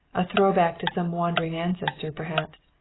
a throw-back to some wandering ancestor perhaps.